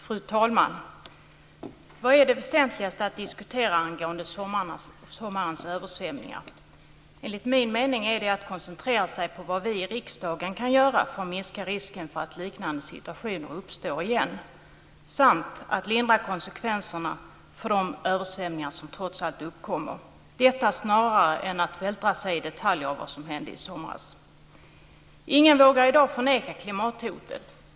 Fru talman! Vad är det väsentligaste att diskutera angående sommarens översvämningar? Enligt min mening är det att koncentrera sig på vad vi i riksdagen kan göra för att minska risken för att liknande situationer uppstår igen samt att lindra konsekvenserna av de översvämningar som trots allt uppkommer - detta snarare än att vältra sig i detaljer om vad som hände i somras. Ingen vågar i dag förneka klimathotet.